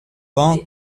bon